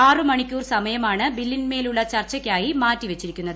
ആറു മണിക്കൂർ സമയമാണ് ബില്ലിന്മേലുള്ള ചർച്ചയ്ക്കായി മാറ്റിവച്ചിരിക്കുന്നത്